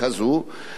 ואני מניח,